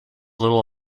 little